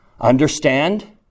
Understand